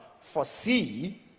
foresee